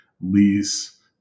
lease